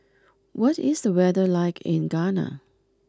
what is the weather like in Ghana